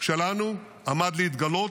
שלנו עמד להתגלות.